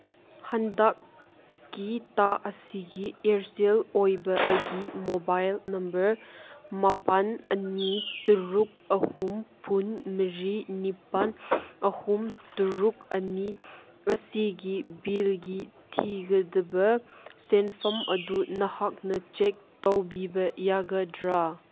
ꯍꯟꯗꯛꯀꯤ ꯊꯥ ꯑꯁꯤꯒꯤ ꯏꯌꯔꯁꯦꯜ ꯑꯣꯏꯕ ꯑꯩꯒꯤ ꯃꯣꯕꯥꯏꯜ ꯅꯝꯕꯔ ꯃꯥꯄꯟ ꯑꯅꯤ ꯇꯔꯨꯛ ꯑꯅꯤ ꯐꯨꯟ ꯃꯔꯤ ꯅꯤꯄꯥꯟ ꯑꯍꯨꯝ ꯇꯔꯨꯛ ꯑꯅꯤ ꯑꯁꯤꯒꯤ ꯕꯤꯜꯒꯤ ꯊꯤꯒꯗꯕ ꯁꯦꯟꯐꯝ ꯑꯗꯨ ꯅꯍꯥꯛꯅ ꯆꯦꯛ ꯇꯧꯕꯤꯕ ꯌꯥꯒꯗ꯭ꯔꯥ